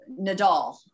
Nadal